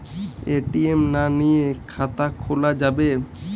ATM না নিয়ে খাতা খোলা যাবে?